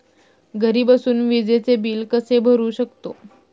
घरी बसून विजेचे बिल कसे भरू शकतो?